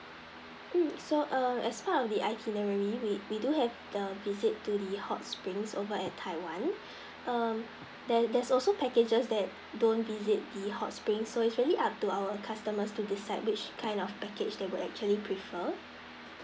um so err as part of the itinerary we we do have a visit to the hot springs over at taiwan um there there's also packages that don't visit the hot spring so it's really up to our customers to decide which kind of package they would actually prefer